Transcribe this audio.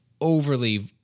overly